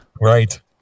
Right